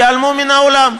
ייעלמו מן העולם,